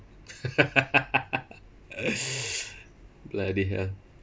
bloody hell